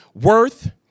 worth